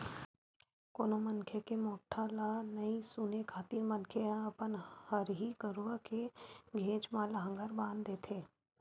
कोनो मनखे के मोठ्ठा ल नइ सुने खातिर मनखे ह अपन हरही गरुवा के घेंच म लांहगर बांधे देथे